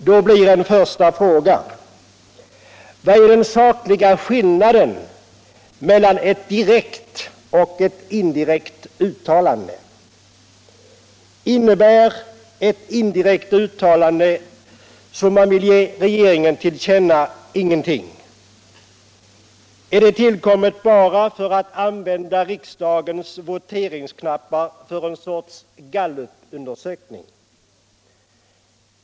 Då blir en första fråga: Vad är den sakliga skillnaden mellan ett direkt och ett indirekt uttalande? Innebär ett indirekt uttalande som man ger regeringen till känna ingenting? Är det tillkommet bara för att använda riksdagens voteringsknappar för en sorts gallupundersökning?